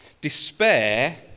Despair